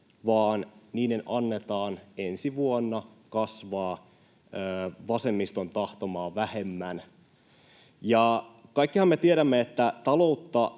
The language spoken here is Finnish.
vaan niiden annetaan ensi vuonna kasvaa vasemmiston tahtomaa vähemmän. Kaikkihan me tiedämme, että taloutta